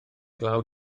glaw